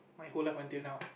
my whole life until now